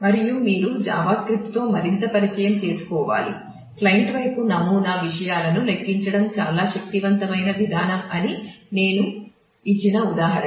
మరియు మీరు జావా స్క్రిప్ట్తో మరింత పరిచయం చేసుకోవాలి క్లయింట్ వైపు నమూనా విషయాలను లెక్కించడం చాలా శక్తివంతమైన విధానం అని నేను ఇచ్చిన ఉదాహరణ